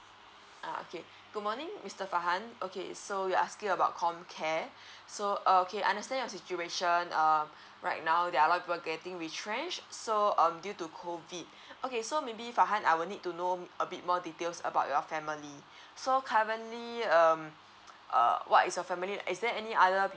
uh okay good morning mister farhan okay so you're asking about com care so err okay I understand your situation um right now they're a lot of people getting retrench so um due to COVID okay so maybe farhan I will need to know a bit more details about your family so currently um err what is your family is there any other